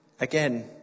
Again